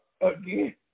again